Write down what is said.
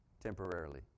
temporarily